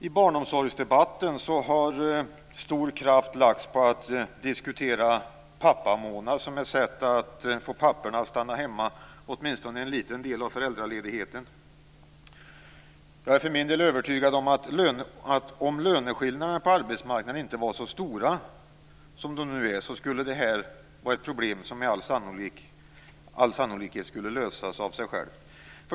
I barnomsorgsdebatten har stor kraft lagts på att diskutera pappamånad som ett sätt att få papporna att stanna hemma åtminstone en liten del av föräldraledigheten. Jag är för min del övertygad om att om löneskillnaderna på arbetsmarknaden inte var så stora som de nu är skulle det här problemet med all sannolikhet lösas av sig själv.